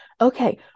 okay